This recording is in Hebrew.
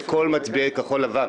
את כל מצביעי כחול לבן.